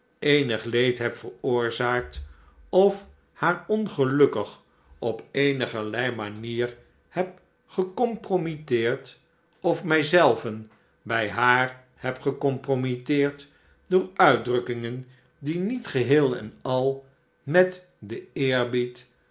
eenig leed heb veroorzaakt of haar ongelukkig op eenigerlei manier heb gecompromitteerd of mij zelven bij haar heb gecompromitteerd door uitdrukkingen die niet geheel en al met den eerbied